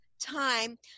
time